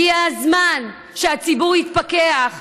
הגיע הזמן שהציבור יתפכח.